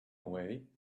away